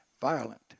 violent